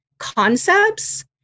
Concepts